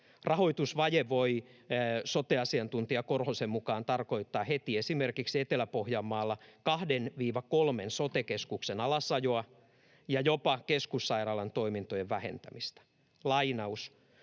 Rahoitusvaje voi sote-asiantuntija Korhosen mukaan tarkoittaa heti esimerkiksi Etelä-Pohjanmaalla 2–3 sote-keskuksen alasajoa ja jopa keskussairaalan toimintojen vähentämistä. ”Kun